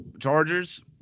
Chargers